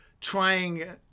trying